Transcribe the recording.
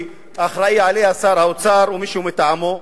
שאחראי לה שר האוצר או מישהו מטעמו.